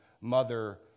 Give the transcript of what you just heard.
mother